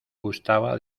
gustaba